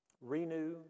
renew